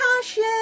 passion